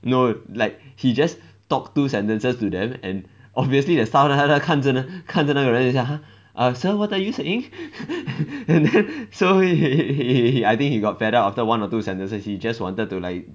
no like he just talk two sentences to them and obviously the staff 在那边看着看着那个人 !huh! err sir what are you saying and then so he he he I think he got fed up after one or two sentences he just wanted to like